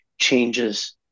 changes